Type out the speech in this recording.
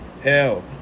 Hell